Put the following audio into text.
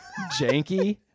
janky